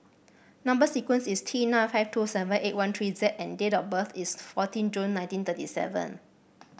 number sequence is T nine five two seven eight one three Z and date of birth is fourteen June nineteen thirty seven